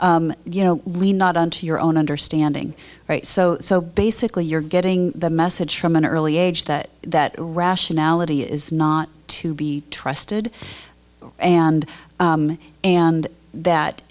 you know really not on to your own understanding right so so basically you're getting the message from an early age that that rationality is not to be trusted and and that